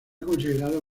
considerado